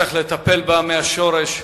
וצריך לטפל בה מהשורש.